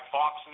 Fox